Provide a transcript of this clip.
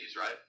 right